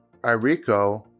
Irico